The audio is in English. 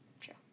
True